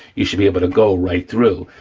you should be able to go right through.